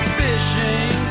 fishing